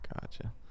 Gotcha